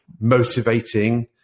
motivating